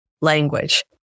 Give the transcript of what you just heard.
language